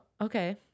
Okay